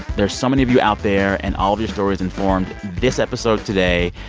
there's so many of you out there, and all of your stories informed this episode today.